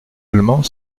allemand